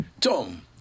Tom